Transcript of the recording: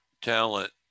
talent